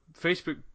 Facebook